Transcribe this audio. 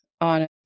on